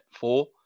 four